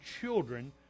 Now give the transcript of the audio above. children